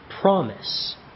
promise